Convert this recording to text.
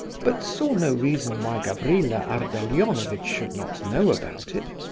but saw no reason why gavrila ardalionovitch should not know about it.